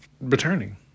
returning